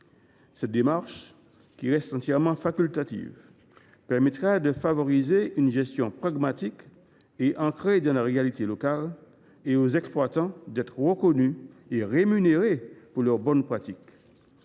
Cette démarche, qui reste entièrement facultative, permettra de favoriser une gestion pragmatique et ancrée dans les réalités locales. Les exploitants pourront dès lors être reconnus et rémunérés pour leurs bonnes pratiques.